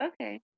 Okay